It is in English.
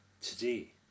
today